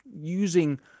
using